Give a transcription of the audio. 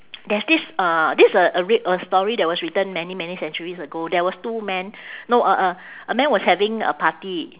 there's this uh this a a r~ a story that was written many many centuries ago there was two men no a a a man was having a party